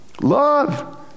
love